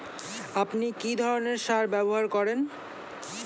আপনি কী ধরনের সার ব্যবহার করেন?